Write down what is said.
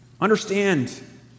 Understand